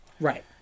Right